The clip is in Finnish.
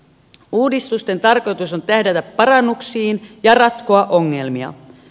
uudistusten tarkoitus on tähdätä parannuksiin ja ratkoa ongelmia